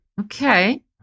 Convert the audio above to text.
Okay